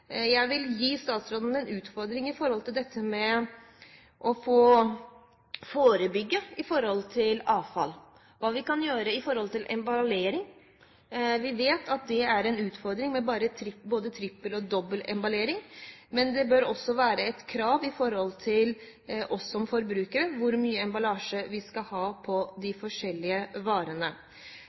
jeg vil gi statsråden en utfordring når det gjelder dette med å forebygge mer avfall: Hva kan vi gjøre med emballering? Vi vet at dobbel- og trippelemballering er en utfordring. Men det bør også være et krav til oss som forbrukere om å si hvor mye emballasje vi vil ha på de forskjellige varene.